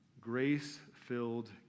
grace-filled